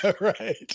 Right